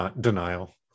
Denial